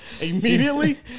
Immediately